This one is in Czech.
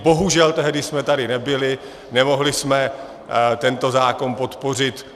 Bohužel, tehdy jsme tady nebyli, nemohli jsme tento zákon podpořit.